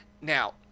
Now